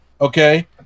Okay